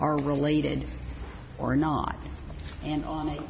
are related or not and on